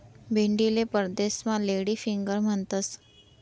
भेंडीले परदेसमा lady finger म्हणतंस